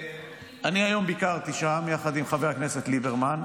אני היום ביקרתי שם יחד עם חבר הכנסת ליברמן.